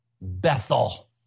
Bethel